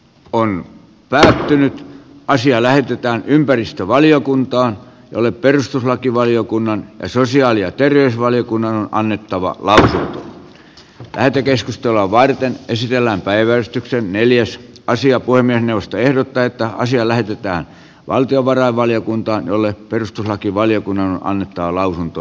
on nähty asia lähetetään ympäristövaliokuntaan jolle perustuslakivaliokunnan sosiaali ja terveysvaliokunnalle annettava olla lähetekeskustelua varten esitellään päiväystyksen neljäs paasio poimii puhemiesneuvosto ehdottaa että asia lähetetään valtiovarainvaliokuntaan jolle perustuslakivaliokunnan on annettava lausunto